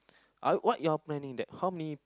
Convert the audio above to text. I what you all planning that how many